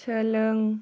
सोलों